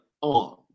on